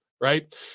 right